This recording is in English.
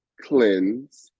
cleanse